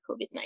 COVID-19